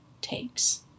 takes